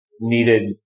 needed